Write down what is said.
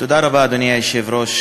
אדוני היושב-ראש,